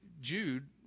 Jude